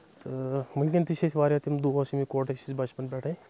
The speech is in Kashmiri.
تہٕ وٕنکؠن تہِ چھِ أسۍ واریاہ تِم دوس یِم یِکوَٹے چھِ أسۍ بَچپَن پؠٹھَے